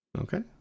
okay